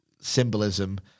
symbolism